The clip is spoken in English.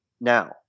Now